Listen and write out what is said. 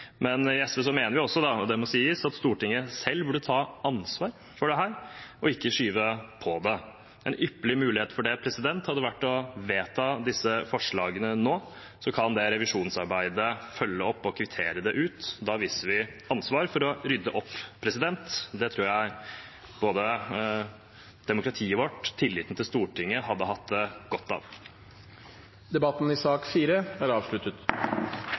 Men vi merker oss at forslagene bør være med i det arbeidet, innstillingen til presidentskapet, og det forutsetter jeg at blir fulgt opp. Vi i SV mener – og det må sies – at Stortinget selv burde ta ansvar for dette og ikke skyve på det. En ypperlig mulighet til det hadde vært å vedta disse forslagene nå, og så kunne revisjonsarbeidet følge det opp og kvittere det ut. Da viser vi at vi tar ansvar for å rydde opp. Det tror jeg både demokratiet vårt og tilliten